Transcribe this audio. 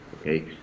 okay